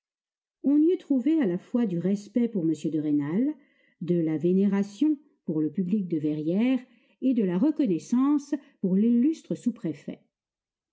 on y eût trouvé à la fois du respect pour m de rênal de la vénération pour le public de verrières et de la reconnaissance pour l'illustre sous-préfet